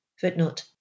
Footnote